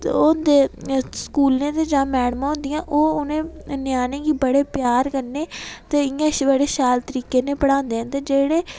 ओह्दे स्कूलै दे जां मैडमां होंदियां ओह् उ'नें ञ्यानें गी बड़े प्यार कन्नै ते इं'या बड़ी शैल तरीके नै समझांदे न ते जेह्ड़े